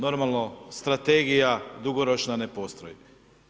Normalno strategija dugoročno ne postoji.